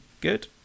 good